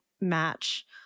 match